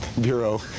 Bureau